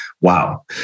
wow